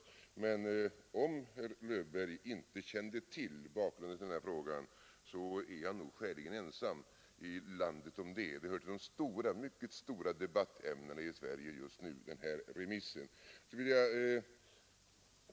Om herr Löfberg inte kände till bakgrunden till denna fråga är han nog skäligen ensam i landet om det, eftersom detta remissförfarande är föremål för en livlig debatt i Sverige just nu. Jag vill komplettera frågan något.